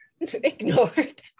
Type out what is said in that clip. ignored